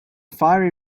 fiery